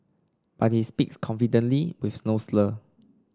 but he speaks confidently with no slur